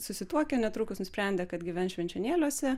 susituokę netrukus nusprendė kad gyvens švenčionėliuose